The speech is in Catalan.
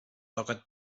toca